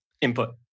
input